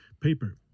paper